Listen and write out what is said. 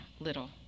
little